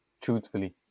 Truthfully